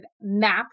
map